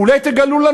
אולי תגלו לנו?